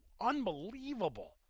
unbelievable